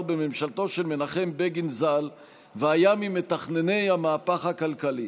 בממשלתו של מנחם בגין ז"ל והיה ממתכנני המהפך הכלכלי.